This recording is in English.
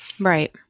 Right